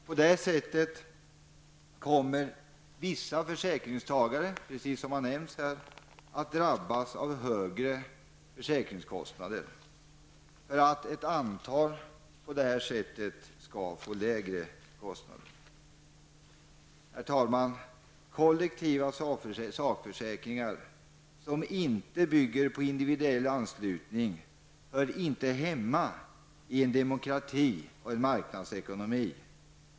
På det här sättet kommer vissa försäkringstagare, precis som har nämnts, att drabbas av högre försäkringskostnader för att ett antal skall få lägre kostnader. Herr talman! Kollektiva sakförsäkringar, som inte bygger på individuell anslutning, hör inte hemma i en demokrati och en marknadsekonomi.